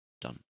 done